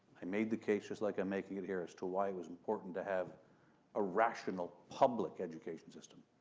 i made the case, just like i'm making it here, as to why it was important to have a rational public education system.